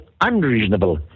unreasonable